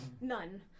None